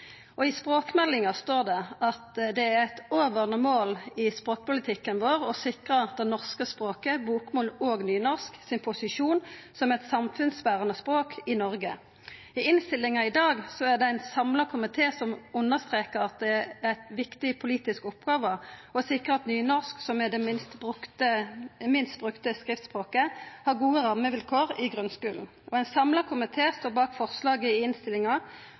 I språkmeldinga står det at det er eit overordna mål i språkpolitikken vår å sikra det norske språket, bokmål og nynorsk, sin posisjon som eit samfunnsberande språk i Noreg. I innstillinga i dag er det ein samla komité som understrekar at det ei viktig politisk oppgåve å sikra at nynorsk, som er det minst brukte skriftspråket, har gode rammevilkår i grunnskulen. Ein samla komité står bak forslaget i innstillinga